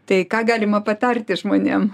tai ką galima patarti žmonėm